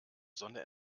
sonne